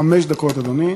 מציינת היום את יום התנ"ך.